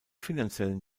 finanziellen